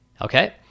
okay